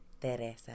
Teresa